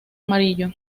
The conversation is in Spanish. amarillo